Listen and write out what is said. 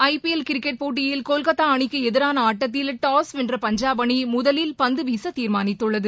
IPL cricket போட்டியில் கொல்கத்தாஅணிக்குஎதிரானஆட்டத்தில் toss வென்ற பஞ்சாப் அணிமுதலில் பந்துவீசதீர்மானித்துள்ளது